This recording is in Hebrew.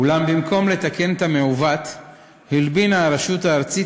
אולם במקום לתקן את המעוות הלבינה הרשות הארצית